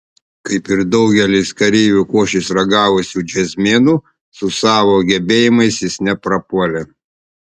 kaip ir daugelis kareivio košės ragavusių džiazmenų su savo gebėjimais jis neprapuolė